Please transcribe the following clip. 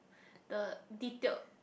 the detailed